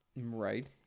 Right